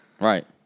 right